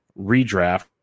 redraft